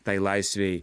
tai laisvei